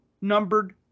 numbered